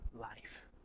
life